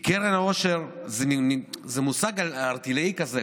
כי קרן העושר זה מושג ערטילאי כזה,